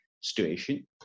situation